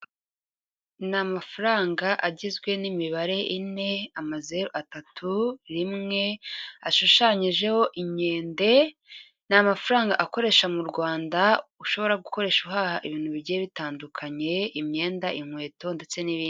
Ni ama amafaranga agizwe n'imibare ine amazeru atatu rimwe, ashushanyijeho inkende ni amafaranga akoresha mu Rwanda ushobora gukoresha uhaha ibintu bigiye bitandukanye imyenda, inkweto ndetse n'ibindi.